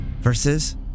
versus